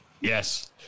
Yes